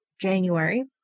january